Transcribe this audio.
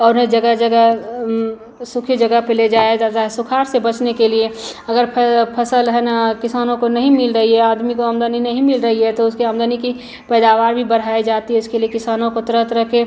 और उन्हें जगह जगह सूखी जगह पर ले जाया जाए सुखाड़ से बचने के लिए अगर फ़सल है न किसानों को नहीं मिल रही है आदमी को आमदनी नहीं मिल रही है तो उसकी आमदनी की पैदावार भी बढ़ाई जाती है इसके लिए किसानों को तरह तरह के